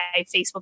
Facebook